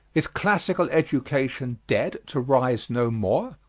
is classical education dead to rise no more?